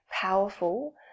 powerful